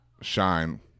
shine